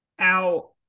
out